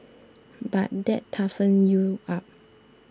but that toughens you up